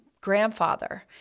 grandfather